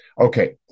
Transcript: Okay